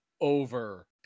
over